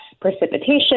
precipitation